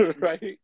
Right